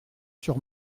sur